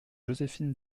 joséphine